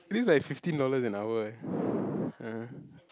this like fifteen dollars an hour eh (uh huh)